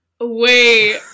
Wait